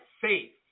faith